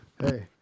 hey